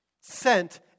sent